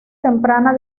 temprana